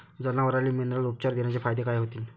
जनावराले मिनरल उपचार देण्याचे फायदे काय होतीन?